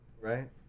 right